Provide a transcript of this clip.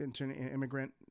immigrant